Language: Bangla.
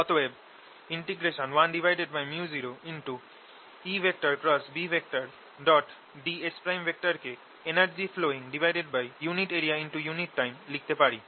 অতএব 1µ0EBds কে energy flowingunit area unit time লিখতে পারি